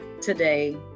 today